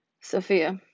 Sophia